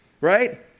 right